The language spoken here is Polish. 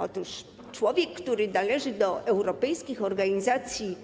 Otóż człowiek, który należy do europejskich organizacji